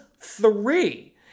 three